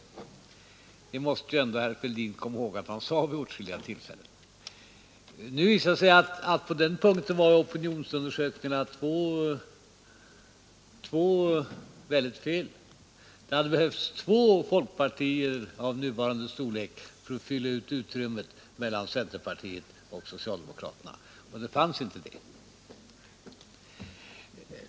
Herr Fälldin måste väl ändå komma ihåg att han sade så vid åtskilliga tällfällen. Nu visade det sig ju att opinionsundersökningarna hade fel på den punkten. Det hade behövts två folkpartier av nuvarande storlek för att fylla ut utrymmet mellan centerpartiet och socialdemokraterna. Nu fanns inte det.